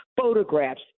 photographs